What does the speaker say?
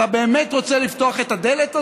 אתה באמת רוצה לפתוח את הדלת הזאת?